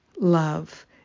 love